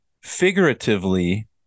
figuratively